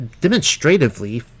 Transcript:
demonstratively